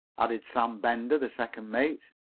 added sam bender, the second mate.